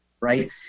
right